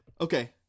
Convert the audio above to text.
Okay